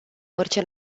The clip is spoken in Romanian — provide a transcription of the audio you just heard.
orice